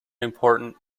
important